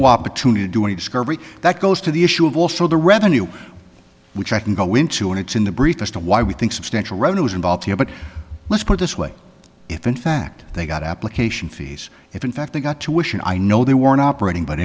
opportunity to do any discovery that goes to the issue of also the revenue which i can go into and it's in the brief as to why we think substantial revenue is involved here but let's put this way if in fact they got application fees if in fact they got to wishin i know they were in operating but